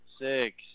six